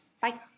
Bye